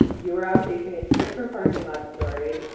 you were off chasing a different parking lot story.